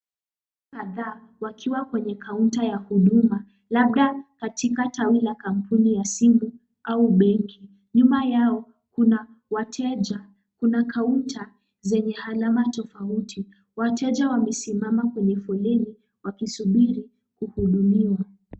Watu kadhaa wakiwa kwa kaunta ya huduma labda katika tawi la kampuni ya simu au benki. Nyuma yao kuna wateja kuna kaunta zenye alama tofauti. Wateja wamesimama kwenye foleni wakisubiri kuhudumiwa